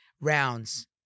Rounds